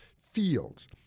fields